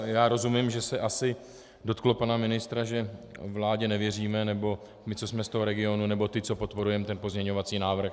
Já rozumím, že se asi dotklo pana ministra, že vládě nevěříme, nebo my, co jsme z toho regionu, nebo ti, co podporujeme ten pozměňovací návrh.